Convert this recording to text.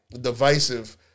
divisive